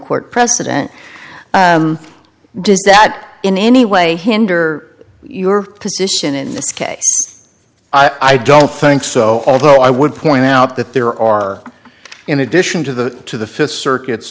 court precedent does that in any way hinder your position in this case i don't think so although i would point out that there are in addition to the to the th circuit